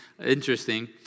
interesting